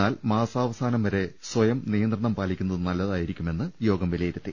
എന്നാൽ മാസാവ സാനം വരെ സ്വയം നിയന്ത്രണം പാലിക്കുന്നത് നല്ലതായിരി ക്കുമെന്ന് യോഗം വിലയിരുത്തി